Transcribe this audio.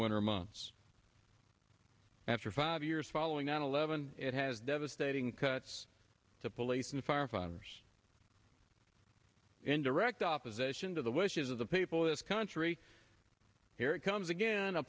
winter months after five years following nine eleven it has devastating cuts to police and firefighters in direct opposition to the wishes of the people of this country here it comes again a